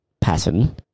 pattern